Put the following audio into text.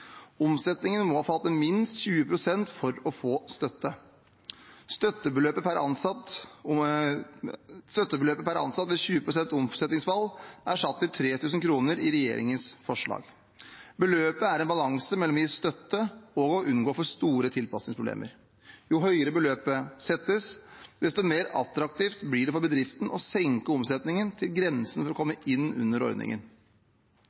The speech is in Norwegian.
Omsetningen må ha falt med minst 20 pst. for at man kan få støtte. Støttebeløpet per ansatt ved 20 pst. omsetningsfall er satt til 3 000 kr i regjeringens forslag. Beløpet er en balanse mellom å gi støtte og å unngå for store tilpasningsproblemer. Jo høyere beløpet settes, desto mer attraktivt blir det for bedriftene å senke omsetningen til grensen for å komme inn under ordningen.